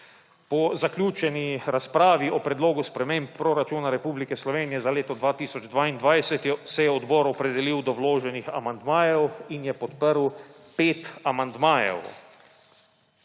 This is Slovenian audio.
Po zaključeni razpravi o Predlogu sprememb proračuna Republike Slovenije za leto 2022 se je odbor opredelil do vloženih amandmajev in je podprl pet amandmajev.